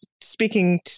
speaking